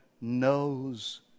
knows